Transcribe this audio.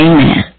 Amen